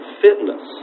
fitness